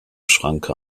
schranke